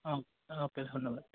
ও okay ধন্যবাদ